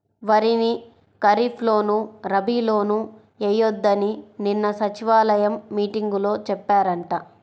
వరిని ఖరీప్ లోను, రబీ లోనూ ఎయ్యొద్దని నిన్న సచివాలయం మీటింగులో చెప్పారంట